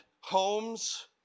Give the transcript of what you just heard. homes